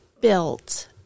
built